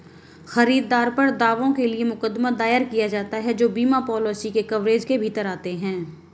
खरीदार पर दावों के लिए मुकदमा दायर किया जाता है जो बीमा पॉलिसी के कवरेज के भीतर आते हैं